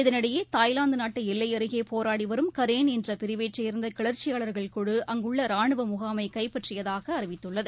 இதனிடையே தாய்லாந்துநாட்டுஎல்லைஅருகேபோராடிவரும் கரேன் என்றபிரிவைசேர்ந்தகிளர்ச்சியாளர் குழு அங்குள்ளரானுவமுகாமைகைப்பற்றியதாகஅறிவித்துள்ளது